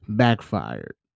backfired